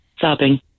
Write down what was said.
sobbing